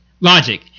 logic